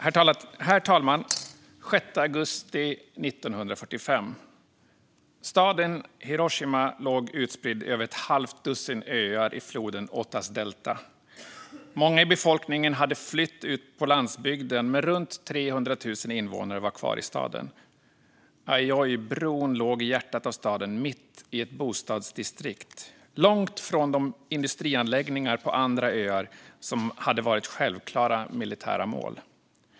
Herr talman! Den 6 augusti 1945 låg staden Hiroshima utspridd över ett halvt dussin öar i floden Otas delta. Många i befolkningen hade flytt ut på landsbygden, men runt 300 000 invånare var kvar i staden. Aioibron låg i hjärtat av staden, mitt i ett bostadsdistrikt långt från de industrianläggningar på andra öar som hade varit självklara militära mål.